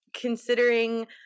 considering